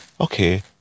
okay